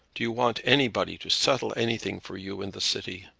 do you want anybody to settle anything for you in the city?